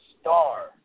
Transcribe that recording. star